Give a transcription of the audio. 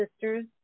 Sisters